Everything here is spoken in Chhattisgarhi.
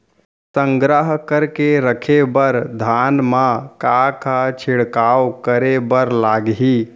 संग्रह करके रखे बर धान मा का का छिड़काव करे बर लागही?